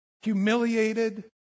humiliated